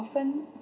often